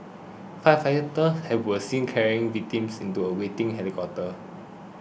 firefighters have were seen carrying victims into a waiting helicopter